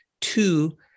two